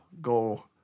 go